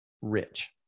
rich